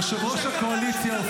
מי זה אתם?